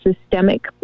systemic